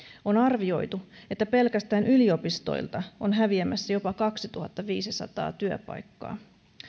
on arvioitu että pelkästään yliopistoilta on häviämässä jopa kaksituhattaviisisataa työpaikkaa